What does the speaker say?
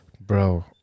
bro